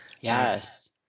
Yes